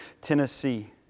Tennessee